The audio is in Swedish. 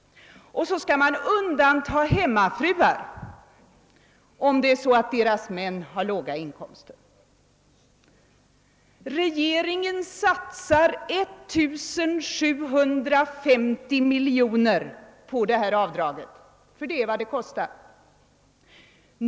Och så skall man undanta hemmafruar, om deras män har låga inkomster. Regeringen satsar 1750 miljoner på det här avdraget — det är 'vad det kostar.